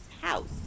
house